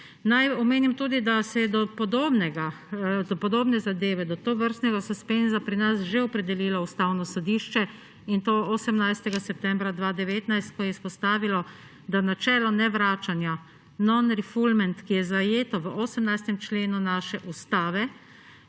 Naj omenim tudi, da se je do podobne zadeve, do tovrstnega suspenza pri nas že opredelilo Ustavno sodišče 18. septembra 2019, ko je izpostavilo, da načelo nevračanja, non-refoulement, ki je zajeto v 18. členu naše ustave,